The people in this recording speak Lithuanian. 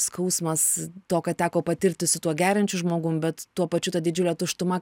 skausmas to ką teko patirti su tuo geriančiu žmogum bet tuo pačiu tą didžiulę tuštumą